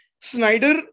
Snyder